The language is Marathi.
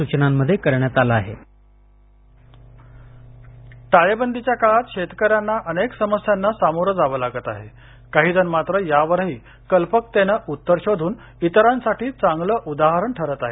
परभणी व्हॉइस कास्ट इट्रो टाळेबंदीच्या काळात शेतकऱ्यांना अनेक समस्यांना सामोरं जावं लागत आहे काहीजण मात्र यावरही कल्पकतेनं उत्तर शोधून इतरांसाठी चांगलं उदाहरण ठरत आहेत